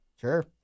Sure